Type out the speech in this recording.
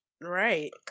Right